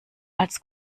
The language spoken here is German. als